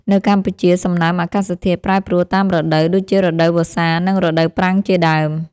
នៅកម្ពុជា សំណើមអាកាសធាតុប្រែប្រួលតាមរដូវ ដូចជារដូវវស្សានិងរដូវប្រាំងជាដើម។